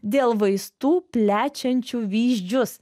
dėl vaistų plečiančių vyzdžius